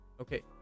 Okay